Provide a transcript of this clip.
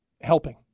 helping